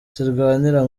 zirwanira